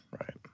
right